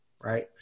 right